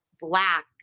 black